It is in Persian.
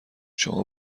شما